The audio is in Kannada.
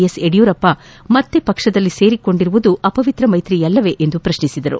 ಎಸ್ ಯಡಿಯೂರಪ್ಪ ಮತ್ತೆ ಪಕ್ಷದಲ್ಲಿ ಸೇರಿಕೊಂಡಿರುವುದು ಅಪವಿತ್ರ ಮೈತ್ರಿಯಲ್ಲವೇ ಎಂದು ಪ್ರಕ್ನಿಸಿದರು